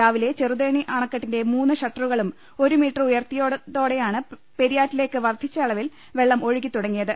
രാവിലെ ചെറുതോണി അണ ക്കെട്ടിന്റെ മൂന്ന് ഷട്ടറുകളും ഒരു മീറ്റർ ഉയർത്തിയതോടെയാണ് പെരിയാറ്റിലേക്ക് വർധിച്ച അളവിൽ വെള്ളം ഒഴുകി തുടങ്ങിയ ത്